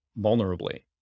vulnerably